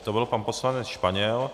To byl pan poslanec Španěl.